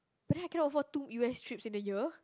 but then I cannot afford two U_S trips in a year